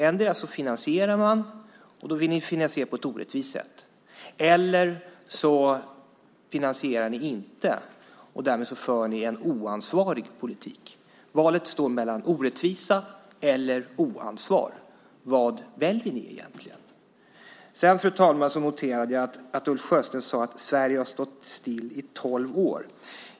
Endera finansierar ni, och då vill ni finansiera på ett orättvist sätt, eller så finansierar ni inte, och därmed för ni en oansvarig politik. Valet står mellan orättvisa och oansvar. Vad väljer ni egentligen? Fru talman! Jag noterade att Ulf Sjösten sade att Sverige har stått still i tolv år.